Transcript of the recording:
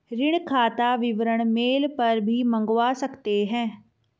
ऋण खाता विवरण मेल पर भी मंगवा सकते है